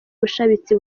ubushabitsi